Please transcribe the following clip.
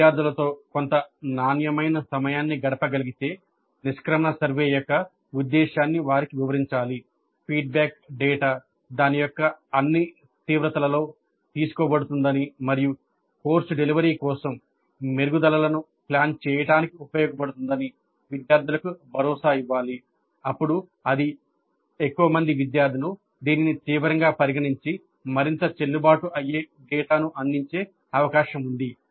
బోధకుడు విద్యార్థులతో కొంత నాణ్యమైన సమయాన్ని గడపగలిగితే నిష్క్రమణ సర్వే యొక్క ఉద్దేశ్యాన్ని వారికి వివరించాలి ఫీడ్బ్యాక్ డేటా దాని యొక్క అన్ని తీవ్రతలలో తీసుకోబడుతుందని మరియు కోర్సు డెలివరీ కోసం మెరుగుదలలను ప్లాన్ చేయడానికి ఉపయోగించబడుతుందని విద్యార్థులకు భరోసా ఇవ్వాలి అప్పుడు అది ఎక్కువ విద్యార్థులు దీనిని తీవ్రంగా పరిగణించి మరింత చెల్లుబాటు అయ్యే డేటాను అందించే అవకాశం ఉంది